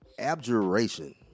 Abjuration